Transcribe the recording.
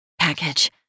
package